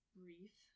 brief